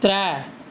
त्रै